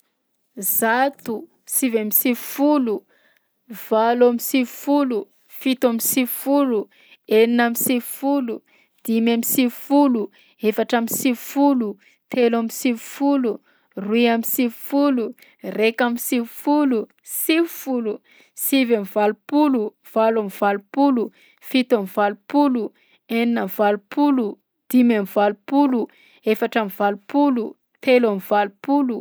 Zato, sivy sivifolo, valo amby sivifolo, fito amby sivifolo, enina amby sivifolo, dimy amby sivifolo, efatra amby sivy folo, telo amby sivifolo, roy amby sivifolo, raika amby sivifolo, sivifolo, sivy am'valopolo, valo am'valopolo, fito am'valopolo, enina am'valopolo, dimy am'valopolo, efatra am'valopolo, telo am'valopolo.